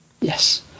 Yes